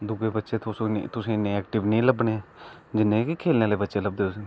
दोऐ बच्चे तुसेंगी इन्नें एक्टिब नेई लब्भने जिन्ने कि खेलने आहले बच्चे लभदे तुसेंगी